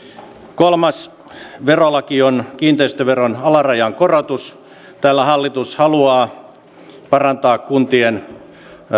kolmas verolaki on kiinteistöveron alarajan korotus tällä hallitus haluaa parantaa kuntien